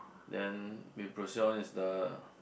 then we proceed on is the